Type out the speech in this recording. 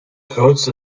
grootste